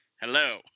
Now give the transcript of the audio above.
Hello